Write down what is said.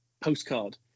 postcard